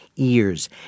ears